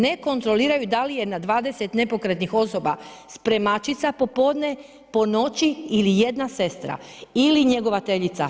Ne kontroliraju da li je na 20 nepokretnih osoba spremačica po podne, po noći ili jedna sestra ili njegovateljica.